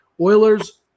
Oilers